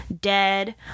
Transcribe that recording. dead